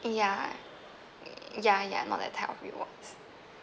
ya ya ya not that types of rewards